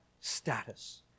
status